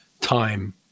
time